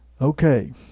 Okay